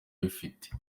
bifite